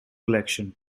election